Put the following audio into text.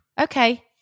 okay